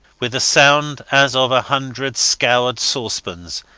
with a sound as of a hundred scoured saucepans,